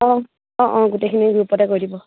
অঁ অঁ অঁ গোটেইখিনি গ্ৰুপতে কৰি দিব